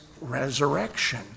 resurrection